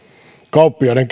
kauppiaiden